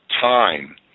time